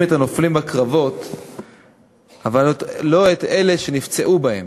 את הנופלים בקרבות אבל לא את אלה שנפצעו בהם.